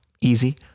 easy